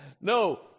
no